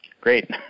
great